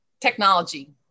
technology